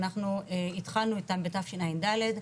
אנחנו התחלנו איתם בתשע"ד.